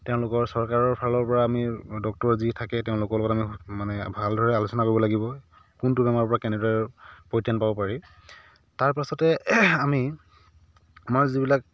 তেওঁলোকৰ চৰকাৰৰ ফালৰ পৰা আমি ডক্টৰ যি থাকে তেওঁলোকৰ লগত আমি মানে ভালদৰে আলোচনা কৰিব লাগিব কোনটো বেমাৰৰ পৰা কেনেদৰে পৰিত্ৰাণ পাব পাৰি তাৰ পাছতে আমি আমাৰ যিবিলাক